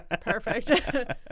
Perfect